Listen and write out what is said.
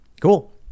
Cool